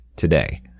Today